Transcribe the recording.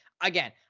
again